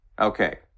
Okay